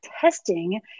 testing